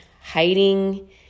hiding